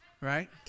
right